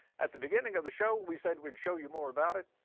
at the beginning of the show, we said we'd show you more about it.